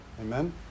Amen